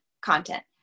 content